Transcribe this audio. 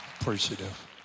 Appreciative